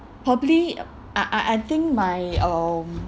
probably I I I think my um